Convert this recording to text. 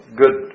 good